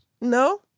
no